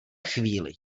chvíli